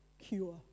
cure